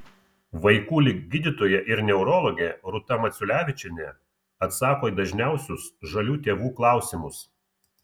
vaikų lig gydytoja ir neurologė rūta maciulevičienė atsako į dažniausius žalių tėvų klausimus